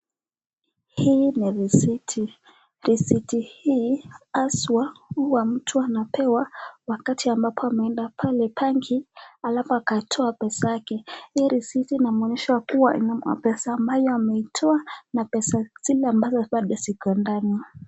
Hii ni risiti, risiti hii haswa huwa mtu anapewa wakati ambapo ameenda pale banki halafu akatoa pesa yake, hii risiti inamwonyesha kuwa pesa ambayo ametoa na pesa zile bado ziko ndani.